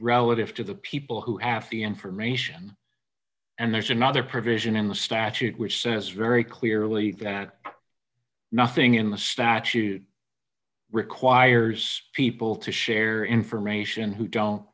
relative to the people who have the information and there's another provision in the statute which says very clearly that nothing in the statute requires people to share information who don't